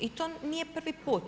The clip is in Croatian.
I to nije prvi put.